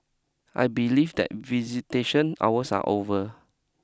I believe that visitation hours are over